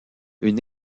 une